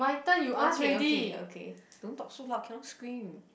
okay okay okay don't talk so loud cannot scream